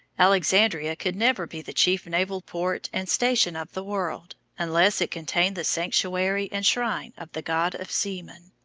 alexandria could never be the chief naval port and station of the world, unless it contained the sanctuary and shrine of the god of seamen.